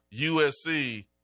USC